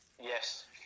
Yes